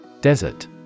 Desert